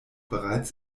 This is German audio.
bereits